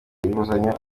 inguzanyo